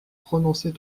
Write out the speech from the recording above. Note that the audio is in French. prononcer